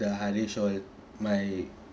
the haresh all my